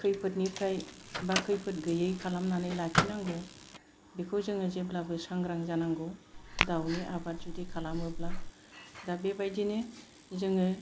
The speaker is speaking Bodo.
खैफोदनिफ्राय एबा खैफोद गैयै खालामनानै लाखिनांगौ बेखौ जोङो जेब्लाबो सांग्रां जानांगौ दाउनि आबाद जुदि खालामोब्ला दा बेबायदिनो जोङो